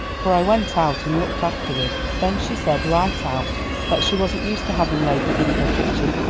for i went out and looked afterward. then she said right out that she wasn't used to having ladies in her kitchen,